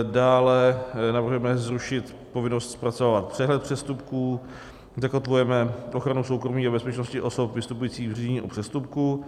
Dále navrhujeme zrušit povinnost zpracovávat přehled přestupků, zakotvujeme ochranu soukromí a bezpečnosti osob vystupujících v řízení o přestupku.